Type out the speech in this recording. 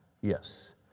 Yes